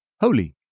holy